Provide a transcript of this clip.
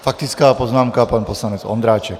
Faktická poznámka, pan poslanec Ondráček.